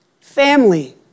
Family